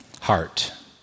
heart